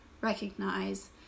recognize